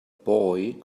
boy